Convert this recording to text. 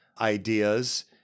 ideas